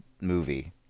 movie